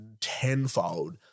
tenfold